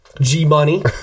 G-Money